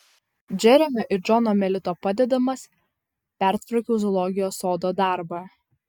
džeremio ir džono melito padedamas pertvarkiau zoologijos sodo darbą